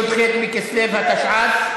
י"ח בכסלו התשע"ט,